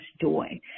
joy